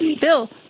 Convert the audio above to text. Bill